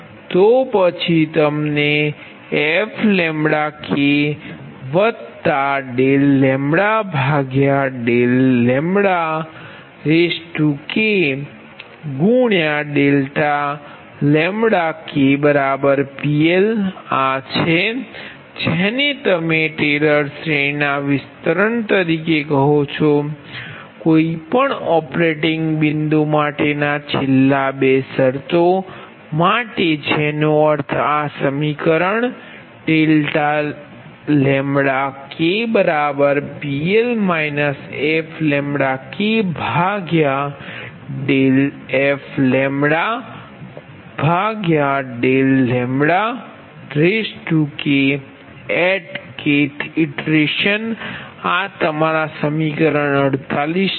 તો પછી તમને fK∂f∂λK∆K PL આ છે જેને તમે ટેલર શ્રેણીના વિસ્તરણ તરીકે કહો છો કોઈ પણ ઓપરેટીંગ બિંદુ માટેના છેલ્લા 2 શરતો માટે જેનો અર્થ આ સમીકરણ∆KPL fK∂f∂λK at Kth ઇટરેશન આ તમારા સમીકરણ 48 છે